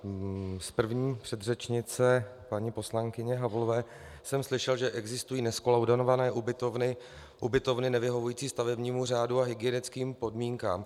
Od první předřečnice, paní poslankyně Havlové jsem slyšel, že existují nezkolaudované ubytovny, ubytovny nevyhovující stavebnímu řádu a hygienickým podmínkám.